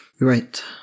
Right